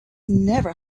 never